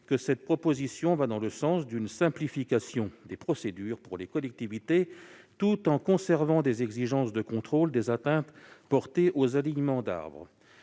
Cette proposition me semble aller dans le sens d'une simplification des procédures pour les collectivités, tout en conservant des exigences de contrôle des atteintes portées aux alignements d'arbres